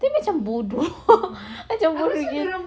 tapi ini macam bodoh macam bodoh gila